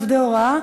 העבודה והרווחה.